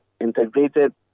integrated